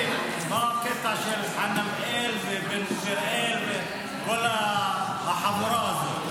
מה הקטע של חנמאל ובן גביראל וכל החבורה הזאת.